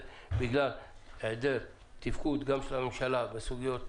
בו בגלל היעדר תפקוד של הממשלה בסוגיות